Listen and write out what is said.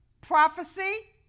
Prophecy